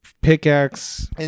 pickaxe